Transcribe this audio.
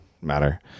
matter